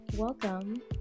Welcome